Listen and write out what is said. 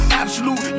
absolute